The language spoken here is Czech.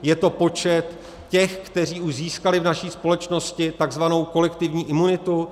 Je to počet těch, kteří už získali v naší společnosti tzv. kolektivní imunitu?